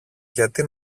γιατί